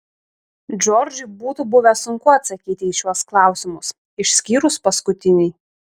džordžui būtų buvę sunku atsakyti į šiuos klausimus išskyrus paskutinį